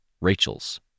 Rachel's